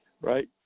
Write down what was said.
right